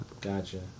Gotcha